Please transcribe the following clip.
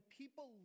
people